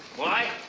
why?